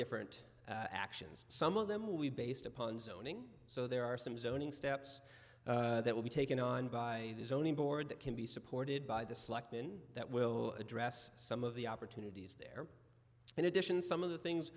different actions some of them will be based upon zoning so there are some zoning steps that will be taken on by the zoning board that can be supported by the selectmen that will address some of the opportunities there in addition some of the things